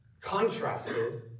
contrasted